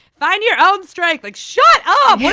find your own strength! like shut um yeah